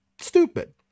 stupid